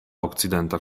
okcidenta